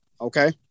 Okay